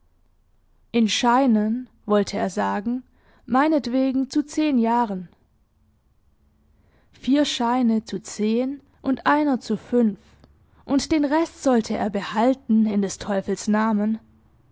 scheinen wollte er sagen meinetwegen zu zehn jahren vier scheine zu zehn und einer zu fünf und den rest sollte er behalten in des teufels namen